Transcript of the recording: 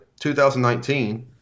2019